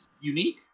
unique